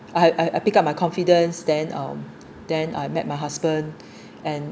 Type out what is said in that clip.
I I I pick up my confidence then um then I met my husband and